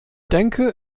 denke